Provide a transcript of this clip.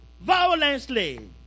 violently